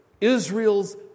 Israel's